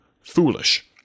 foolish